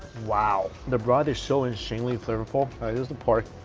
wow, the broth is so insanely flavorful. here's the pork.